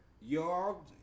Y'all